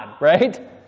right